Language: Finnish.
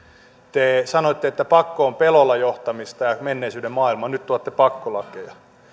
te sanoitte että pakko on pelolla johtamista ja menneisyyden maailmaa nyt tuotte pakkolakeja